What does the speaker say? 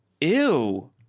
Ew